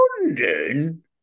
London